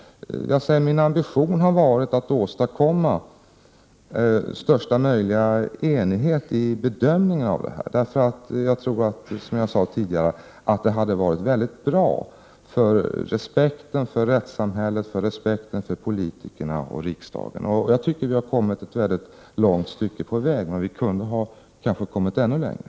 Min ambition har varit att åstadkomma största möjliga enighet i bedömningen av detta. Jag tror, liksom jag sade tidigare, att det hade varit väldigt bra för respekten för rättssamhället samt för respekten för politikerna och riksdagen. Jag tycker att vi har kommit ett väldigt långt stycke på väg. Men vi kunde kanske ha kommit ännu längre.